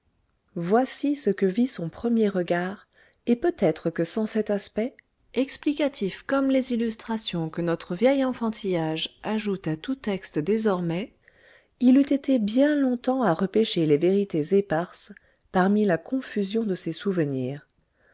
voici ce que vit son premier regard et peut-être que sans cet aspect explicatif comme les illustrations que notre vie enfantillage ajoute à tout texte désormais il eût été bien longtemps à repêcher les vérités éparses parmi la confusion de ses souvenirs